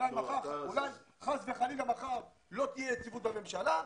אולי חס וחלילה מחר לא תהיה יציבות בממשלה,